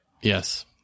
Yes